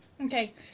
Okay